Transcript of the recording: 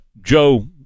Joe